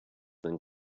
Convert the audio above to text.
than